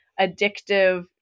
addictive